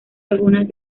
algunas